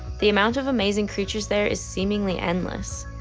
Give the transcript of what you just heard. the amount of amazing creatures there is seemingly endless.